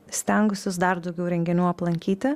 stengusis dar daugiau renginių aplankyti